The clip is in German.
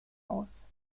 aus